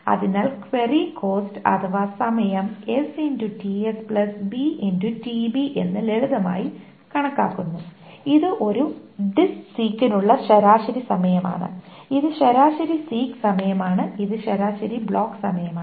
അതിനാൽ query cost അഥവാ സമയം എന്ന് ലളിതമായി കണക്കാക്കുന്നു ഇത് ഒരു ഡിസ്ക് സീക്കിനുള്ള ശരാശരി സമയമാണ് ഇത് ശരാശരി സീക് സമയമാണ് ഇത് ശരാശരി ബ്ലോക്ക് സമയമാണ്